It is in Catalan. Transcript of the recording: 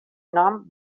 nom